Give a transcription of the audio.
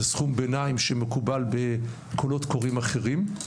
סכום ביניים שמקובל בקולות קוראים אחרים,